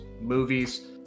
movies